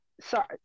Sorry